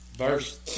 Verse